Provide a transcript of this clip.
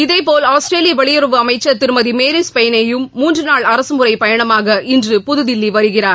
இதேபோல் ஆஸ்திரேலிய வெளியுறவு அமைச்சர் திருமதி மேரிஸ் பெயனே யும் மூன்று நாள் அரசுமுறை பயணமாக இன்று புதுதில்லி வருகிறார்